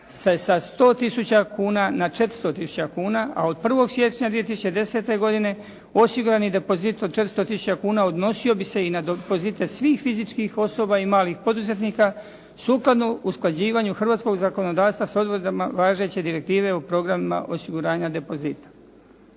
sa 100000 kuna na 400000 kuna, a od 1. siječnja 2010. godine osigurani depozit od 400000 kuna odnosio bi se i na depozite svih fizičkih osoba i malih poduzetnika sukladno usklađivanju hrvatskog zakonodavstva s odredbama važeće Direktive o programima osiguranja depozita.